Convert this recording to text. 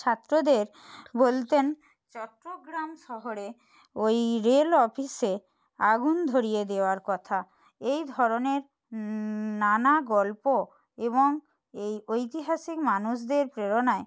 ছাত্রদের বলতেন চট্টগ্রাম শহরে ওই রেল অপিসে আগুন ধরিয়ে দেওয়ার কথা এই ধরনের নানা গল্প এবং এই ঐতিহাসিক মানুষদের প্রেরণায়